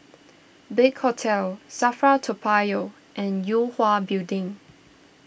Big Hotel Safra Toa Payoh and Yue Hwa Building